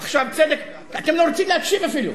אתם לא רוצים להקשיב אפילו.